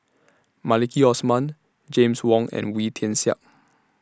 Maliki Osman James Wong and Wee Tian Siak